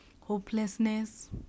hopelessness